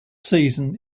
season